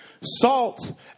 salt